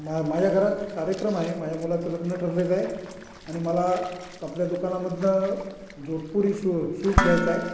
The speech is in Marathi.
मा माझ्या घरात कार्यक्रम आहे माझ्या मुलाचं लग्न ठरलेल आहे आणि मला आपल्या दुकानामधूनं जोधपुरी सु सूट घ्यायचा आहे